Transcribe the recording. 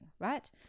right